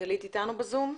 גלית איתנו בזום?